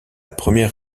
première